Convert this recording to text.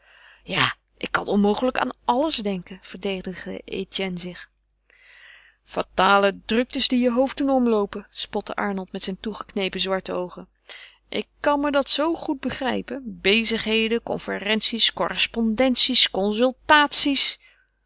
ja ik kan onmogelijk aan alles denken verdedigde etienne zich fatale druktes die je hoofd doen omloopen spotte arnold met zijn toegeknepen zwarte oogen ik kan me dat zoo goed begrijpen bezigheden conferenties correspondenties consultaties